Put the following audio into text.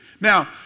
Now